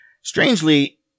Strangely